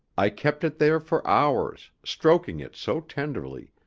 i kept it there for hours, stroking it so tenderly,